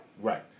Right